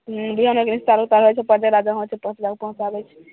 हूँ पहुँचाबैत छै